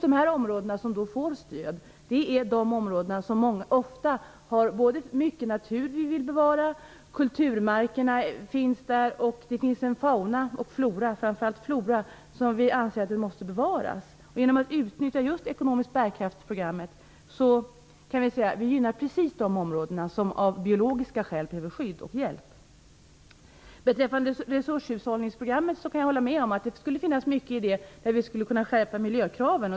De områden som får stöd har ofta natur som vi vill bevara. Kulturmarkerna finns där. Det finns en fauna och framför allt flora som vi anser måste bevaras. Genom att man utnyttjar det ekonomiska bärkraftsprogrammet gynnas precis de områden som av biologiska skäl behöver skydd och hjälp. Jag kan hålla med om att det skulle kunna finnas mycket i resurshushållningsprogrammet som skulle kunna skärpa miljökraven.